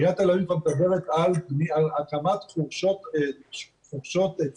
עיריית תל אביב מדברת על הקמת חורשות עצים.